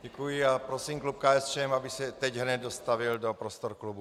Děkuji a prosím klub KSČM, aby se teď hned dostavil do prostor klubu.